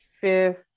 fifth